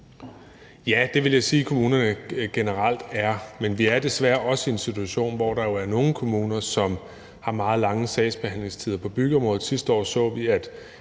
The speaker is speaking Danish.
Ja, det vil jeg sige kommunerne generelt er, men vi er desværre også i en situation, hvor der jo er nogle kommuner, som har meget lange sagsbehandlingstider på byggeområdet. Sidste år så vi, at